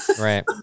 Right